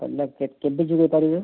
କେବେ ଯୋଗାଇ ପାରିବେ